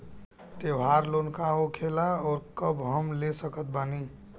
त्योहार लोन का होखेला आउर कब हम ले सकत बानी?